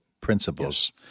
principles